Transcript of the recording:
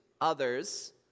others